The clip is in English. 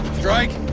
strike.